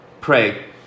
Pray